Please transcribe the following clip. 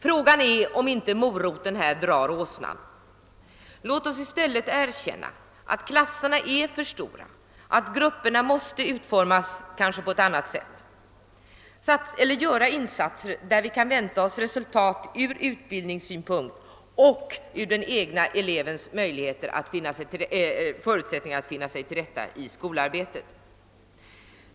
Frågan är om inte åsnan drar moroten. Låt oss i stället erkänna att klasserna är för stora, att grupperna kanske måste utformas på ett annat sätt! Låt oss göra insatser där vi från utbildningssynpunkt kan vänta oss resultat och tillvarata den egna elevens förutsättningar att finna sig till rätta i skolarbetet!